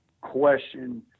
question